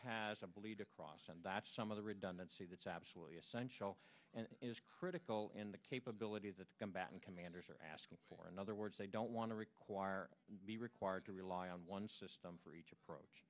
has a bleed across and that's some of the redundancy that's absolutely essential and is critical in the capabilities that the combatant commanders are asking for another words they don't want to require be required to rely on one system for each approach